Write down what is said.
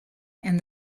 and